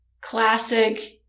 classic